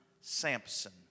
Samson